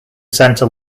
centre